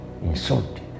insulted